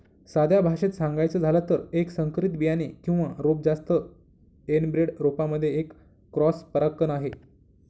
साध्या भाषेत सांगायचं झालं तर, एक संकरित बियाणे किंवा रोप जास्त एनब्रेड रोपांमध्ये एक क्रॉस परागकण आहे